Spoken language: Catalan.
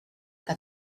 que